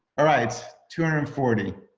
all right two hundred and forty.